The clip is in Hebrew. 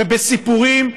ובסיפורים,